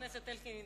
חבר הכנסת אלקין,